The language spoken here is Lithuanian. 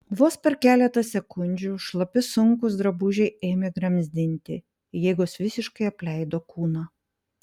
vos per keletą sekundžių šlapi sunkūs drabužiai ėmė gramzdinti jėgos visiškai apleido kūną